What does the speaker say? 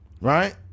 right